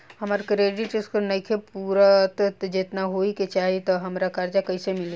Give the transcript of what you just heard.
हमार credit score नईखे पूरत जेतना होए के चाही त हमरा कर्जा कैसे मिली?